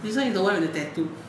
this one is the one with the tattoo